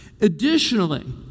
Additionally